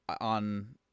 on